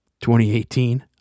2018